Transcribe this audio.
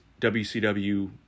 WCW